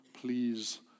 please